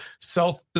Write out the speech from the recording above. self